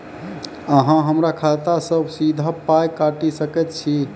अहॉ हमरा खाता सअ सीधा पाय काटि सकैत छी?